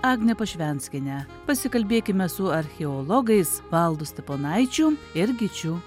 agne pašvenskiene pasikalbėkime su archeologais valdu steponaičiu ir gyčiu